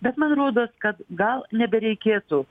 bet man rodos kad gal nebereikėtų